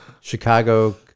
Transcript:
Chicago